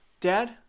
Dad